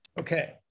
Okay